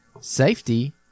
safety